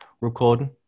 recording